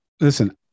Listen